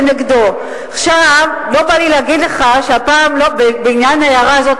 אני יכול להגיד לך שבוודאי משרדי